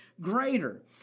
greater